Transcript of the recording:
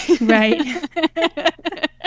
Right